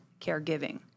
caregiving